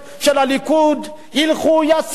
יוציאו את דיבתה של מדינת ישראל רעה.